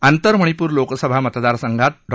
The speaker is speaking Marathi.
आंतर मणिपूर लोकसभा मतदारसंघात डॉ